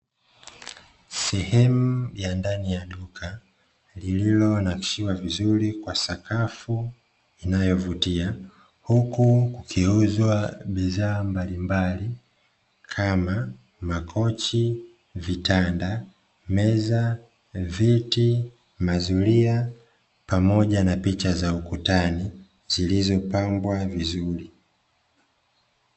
Sehemu ya ndani ya duka lililo nakshiwa vizuri kwa sakafu inayovutia, huku kukiuzwa bidhaa mbalimbali kama makochi, vitanda, meza, viti, mazuria pamoja na picha za ukutani zilizopambwa vizuri.